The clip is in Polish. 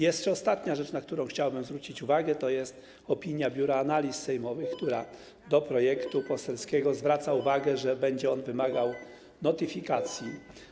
Jeszcze ostania rzecz, na którą chciałbym zwrócić uwagę, to jest opinia Biura Analiz Sejmowych do projektu poselskiego, w której zwraca się uwagę, że będzie on wymagał notyfikacji.